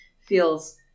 feels